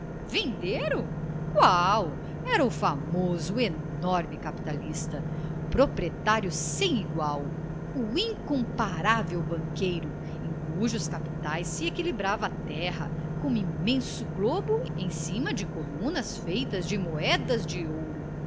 vendeiro qual era o famoso o enorme capitalista o proprietário sem igual o incomparável banqueiro em cujos capitais se equilibrava a terra como imenso globo em cima de colunas feitas de moedas de ouro